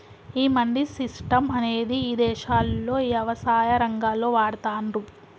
ఈ మండీ సిస్టం అనేది ఇదేశాల్లో యవసాయ రంగంలో వాడతాన్రు